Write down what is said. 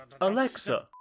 Alexa